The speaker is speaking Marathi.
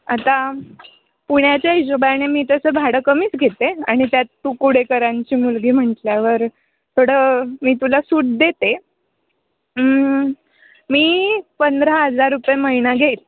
आता पुण्याच्या हिशोबाने मी तसं भाडं कमीच घेते आणि त्यात तू कुडेकरांची मुलगी म्हटल्यावर थोडं मी तुला सूट देते मी पंधरा हजार रुपये महिना घेईल